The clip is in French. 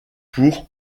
pour